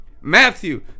matthew